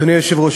אדוני היושב-ראש,